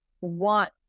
want